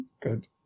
good